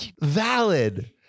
valid